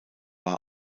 war